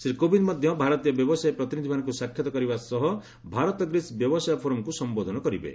ଶ୍ରୀ କୋବିନ୍ଦ ମଧ୍ୟ ଭାରତୀୟ ବ୍ୟବସାୟୀ ପ୍ରତିନିଧିମାନଙ୍କୁ ସାକ୍ଷାତ୍ କରିବା ସହ ଭାରତ ଗ୍ରୀସ୍ ବ୍ୟବସାୟ ଫୋରମ୍କୁ ସମ୍ଘୋଧନ କରିବେ